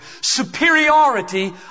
superiority